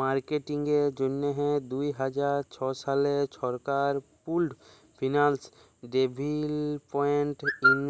মার্কেটিংয়ের জ্যনহে দু হাজার ছ সালে সরকার পুল্ড ফিল্যাল্স ডেভেলপমেল্ট